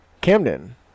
camden